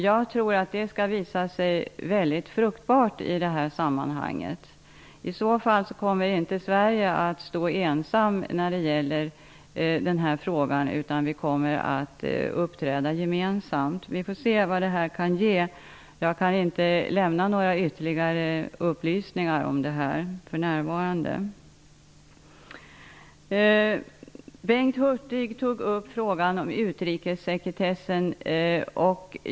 Jag tror att de kommer att visa sig fruktbara i sammanhanget. I så fall kommer Sverige inte att stå ensamt i denna fråga, utan de nordiska länderna kommer att uppträda gemensamt. Vi får se vad detta kan ge. Jag kan inte lämna några ytterligare upplysningar för närvarande. Bengt Hurtig tog upp frågan om utrikessekretessen.